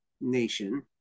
nation